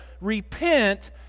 repent